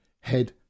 head